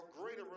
greater